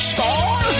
Star